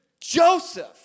Joseph